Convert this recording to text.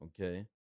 okay